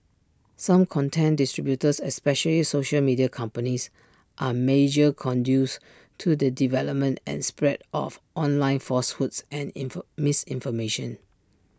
such content distributors especially social media companies are major conduits to the development and spread of online falsehoods and misinformation